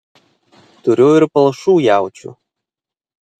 turiu ir palšų jaučių